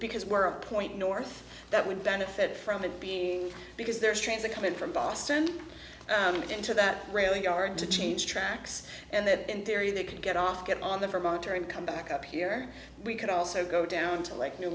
because we're a point north that would benefit from it being because they're trying to come in from boston into that rail yard to change tracks and then in theory they could get off get on them for monetary and come back up here we could also go down to like new